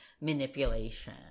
manipulation